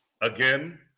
again